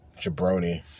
Jabroni